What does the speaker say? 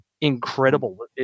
incredible